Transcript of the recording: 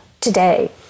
today